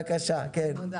תודה.